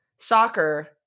soccer